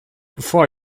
bevor